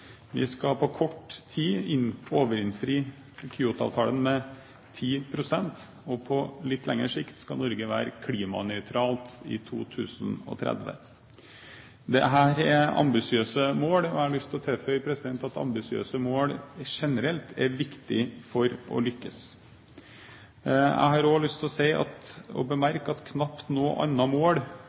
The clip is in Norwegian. Vi skal på kort tid overinnfri Kyoto-avtalen med 10 pst., og på litt lengre sikt skal Norge være klimanøytralt, i 2030. Dette er ambisiøse mål, og jeg har lyst til å tilføye at ambisiøse mål generelt er viktig for å lykkes. Jeg har òg lyst til å bemerke at knapt noe annet mål